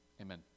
Amen